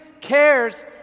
cares